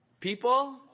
People